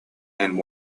and